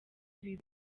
ibi